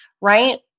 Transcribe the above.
right